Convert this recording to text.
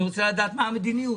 אני רוצה לדעת מה המדיניות,